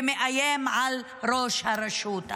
מאיים על ראש הרשות,